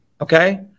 okay